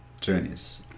journeys